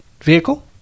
vehicle